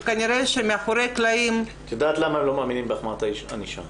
וכנראה שמאחורי הקלעים --- את יודעת למה לא מאמינים בהחמרת הענישה